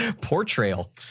portrayal